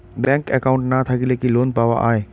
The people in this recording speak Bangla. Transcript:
ব্যাংক একাউন্ট না থাকিলে কি লোন পাওয়া য়ায়?